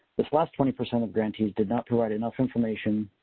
this last twenty percent of grantees did not provide enough information.